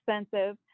expensive